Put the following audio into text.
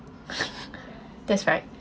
that's right